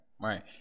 right